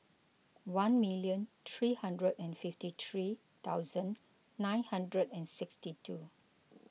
one million three hundred and fifty three thousand nine hundred and sixty two